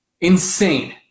Insane